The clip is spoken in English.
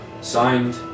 Signed